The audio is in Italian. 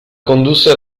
condusse